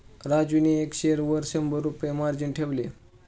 राजूने एका शेअरवर शंभर रुपये मार्जिन ठेवले